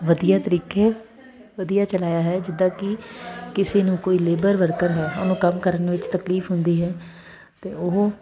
ਵਧੀਆ ਤਰੀਕੇ ਵਧੀਆ ਚਲਾਇਆ ਹੈ ਜਿੱਦਾਂ ਕਿ ਕਿਸੇ ਨੂੰ ਕੋਈ ਲੇਬਰ ਵਰਕਰ ਹੈ ਉਹਨੂੰ ਕੰਮ ਕਰਨ ਵਿੱਚ ਤਕਲੀਫ ਹੁੰਦੀ ਹੈ ਤਾਂ ਉਹ